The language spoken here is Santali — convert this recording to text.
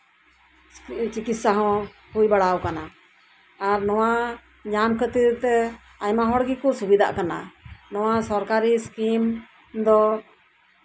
ᱪᱤᱠᱤᱛᱥᱟ ᱦᱚᱸ ᱦᱩᱭ ᱵᱟᱲᱟᱣ ᱠᱟᱱᱟ ᱟᱨ ᱱᱚᱣᱟ ᱧᱟᱢ ᱠᱷᱟᱹᱛᱤᱨ ᱛᱮ ᱟᱭᱢᱟ ᱦᱚᱲ ᱜᱮᱠᱚ ᱥᱩᱵᱤᱫᱷᱟᱜ ᱠᱟᱱᱟ ᱱᱚᱣᱟ ᱥᱚᱨᱠᱟᱨᱤ ᱥᱠᱤᱢ ᱫᱚ